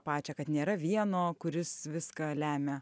pačią kad nėra vieno kuris viską lemia